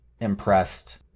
impressed